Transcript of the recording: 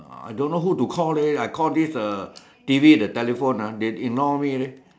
uh I don't know who to call leh I call this a T_V the telephone ah they ignore me leh